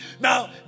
Now